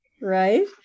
Right